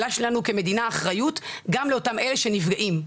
אבל יש לנו כמדינה אחריות גם לאותם אלה שנפגעים,